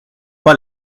pas